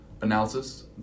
analysis